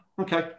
Okay